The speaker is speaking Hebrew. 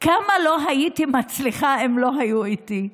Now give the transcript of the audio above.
כמה לא הייתי מצליחה אם הם לא היו איתי.